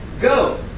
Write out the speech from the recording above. Go